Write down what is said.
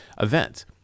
event